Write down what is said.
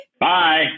Bye